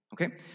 Okay